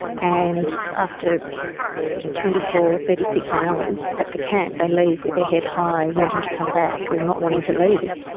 and after you know twenty four, thirty six hours at the camp they leave with their head high, wanting to come back or not wanting to leave.